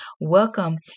welcome